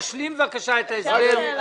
סיון להבי, תשלים בבקשה את ההסבר.